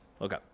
Okay